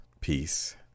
peace